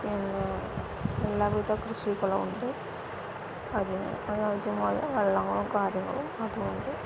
പിന്നെ എല്ലാവിധ കൃഷികളും ഉണ്ട് അതിന് അയോജ്യമായ വെള്ളങ്ങളും കാര്യങ്ങളും അതുകൊണ്ട്